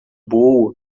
boa